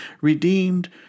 redeemed